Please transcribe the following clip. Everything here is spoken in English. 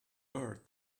bird